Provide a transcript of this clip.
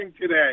today